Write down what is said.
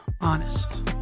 honest